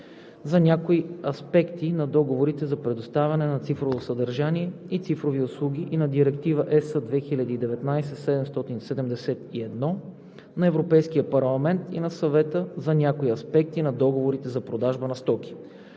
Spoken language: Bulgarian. за някои аспекти на договорите за предоставяне на цифрово съдържание и цифрови услуги и на Директива (ЕС) 2019/771 на Европейския парламент и на Съвета за някои аспекти на договорите за продажба на стоки.